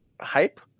hype